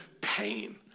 pain